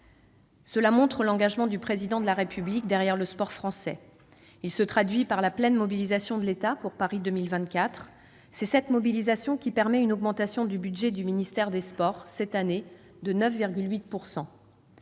Cela montre l'engagement du Président de la République derrière le sport français. Il se traduit par la pleine mobilisation de l'État pour Paris 2024. C'est cette mobilisation qui permet une augmentation du budget du ministère des sports de 9,8